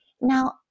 Now